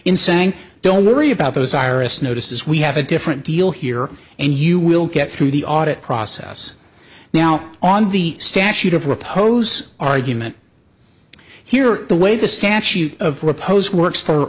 saying don't worry about those iris notices we have a different deal here and you will get through the audit process now on the statute of repose argument here the way the statute of repose works for